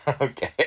Okay